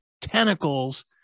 tentacles